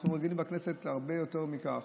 אנחנו רגילים בכנסת להרבה יותר מכך.